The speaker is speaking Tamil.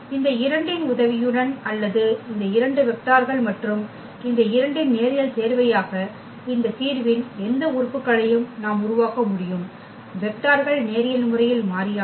இந்த இரண்டின் உதவியுடன் அல்லது இந்த இரண்டு வெக்டார்கள் மற்றும் இந்த இரண்டின் நேரியல் சேர்வையாக இந்த தீர்வின் எந்த உறுப்புகளையும் நாம் உருவாக்க முடியும் வெக்டார்கள் நேரியல் முறையில் மாறியானவை